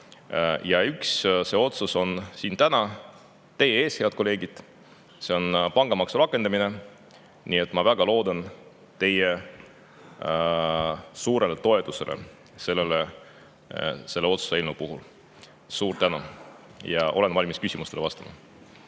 Ja üks otsus on siin täna teie ees, head kolleegid. See on pangamaksu rakendamine. Nii et ma väga loodan teie suurele toetusele selle otsuse eelnõu puhul. Suur tänu! Olen valmis küsimustele vastama.